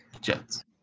Jets